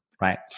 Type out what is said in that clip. right